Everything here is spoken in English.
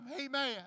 amen